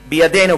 שבידינו,